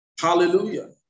Hallelujah